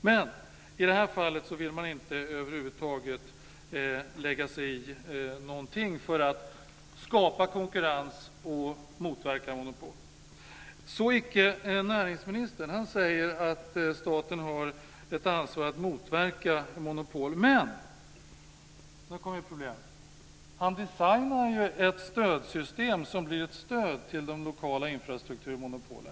Men i detta fall vill man över huvud taget inte lägga sig i någonting för att skapa konkurrens och motverka monopol. Så icke näringsministern. Han säger att staten har ett ansvar för att motverka monopol, men - här kommer problemet - han designar ett stödsystem som blir ett stöd till de lokala infrastrukturmonopolen.